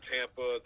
Tampa